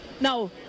Now